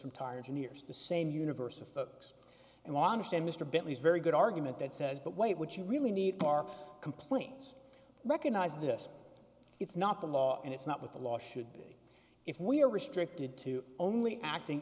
from tires in years the same universe of folks and wanted and mr bentley's very good argument that says but wait what you really need are complaints recognize this it's not the law and it's not what the law should be if we are restricted to only acting